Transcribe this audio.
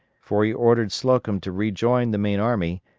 for he ordered slocum to rejoin the main army,